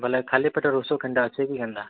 ବେଲେ ଖାଲି ପେଟର୍ ଓଷୋ କେନ୍ଟା ଅଛେ କି କେନ୍ତା